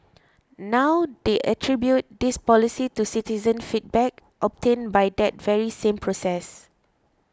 now they attribute this policy to citizen feedback obtained by that very same process